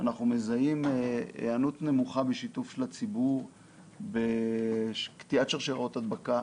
שאנחנו מזהים כהיענות נמוכה בשיתוף של הציבור בקטיעת שרשראות הדבקה,